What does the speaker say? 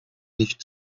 nicht